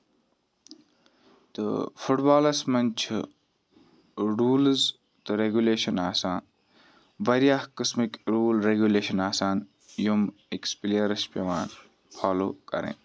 تہٕ فُٹ بالَس منٛز چھِ روٗلٔز تہٕ ریگوٗلیشَن آسان واریاہ قٔسمٕکۍ روٗل ریگوٗلیشن آسان یِم أکِس پِلیرَس چھِ پیوان فالو کَرٕنۍ